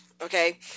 Okay